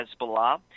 Hezbollah